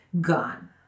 gone